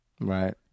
right